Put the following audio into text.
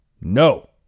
No